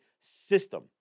system